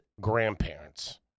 grandparents